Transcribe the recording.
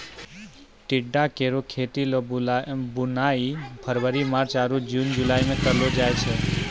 टिंडा केरो खेती ल बुआई फरवरी मार्च आरु जून जुलाई में कयलो जाय छै